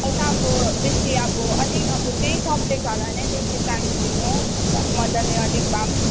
अन्त अब बेसी अब अलिक अब त्यही सब्जेक्टहरूलाई नै बेसी टाइम दिनु मज्जाले अलिक भए पनि